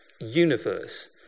universe